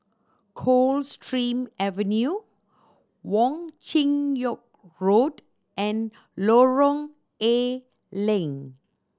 Coldstream Avenue Wong Chin Yoke Road and Lorong A Leng